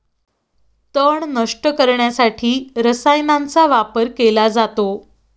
तण नष्ट करण्यासाठी रसायनांचा वापर केला जातो